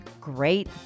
great